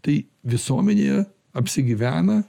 tai visuomenėje apsigyvena